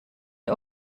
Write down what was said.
der